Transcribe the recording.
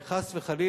כי חס וחלילה,